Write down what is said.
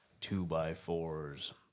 two-by-fours